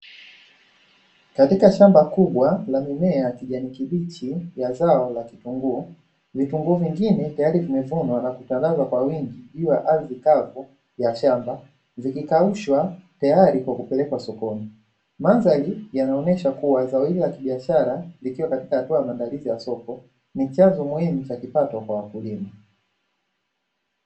Katika shamba kubwa la mimea kijani kibichi ya zao la kitunguu, vitunguu vingine tayari vimevunwa na kutandazwa kwa wingi juu ya ardhi kavu ya shamba, vikikaushwa tayari kwa kupelekwa sokoni. Mandhari yanaonyesha kuwa zao hili la kibiashara likiwa katika hatua ya maandalizi ya soko, ni chanzo muhimu cha kipato kwa wakulima.